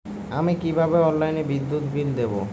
আমি কিভাবে অনলাইনে বিদ্যুৎ বিল দেবো?